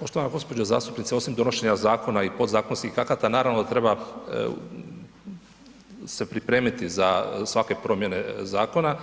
Poštovana gospođo zastupnice osim donošenja zakona i podzakonskih akata naravno da treba se pripremiti za svake promjene zakona